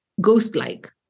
ghost-like